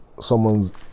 someone's